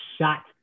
shot